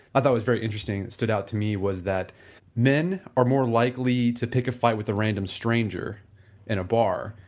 thought it was very interesting it stood out to me was that men are more likely to pick a fight with a random stranger in a bar.